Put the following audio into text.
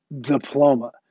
diploma